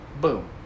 boom